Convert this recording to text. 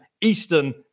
Eastern